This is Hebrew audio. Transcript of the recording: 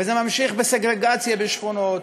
וזה ממשיך בסגרגציה בשכונות,